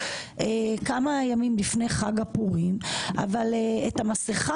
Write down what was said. כמה ימים לפני חג הפורים אבל את המסכה